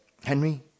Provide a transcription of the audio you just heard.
Henry